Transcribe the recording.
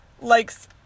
likes